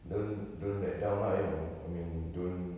don't don't let down lah you know I mean don't